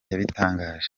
yabitangaje